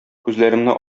күзләремне